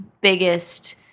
biggest